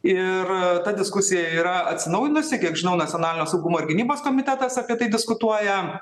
ir ta diskusija yra atsinaujinusi kiek žinau nacionalinio saugumo ir gynybos komitetas apie tai diskutuoja